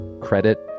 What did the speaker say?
credit